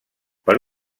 per